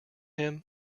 him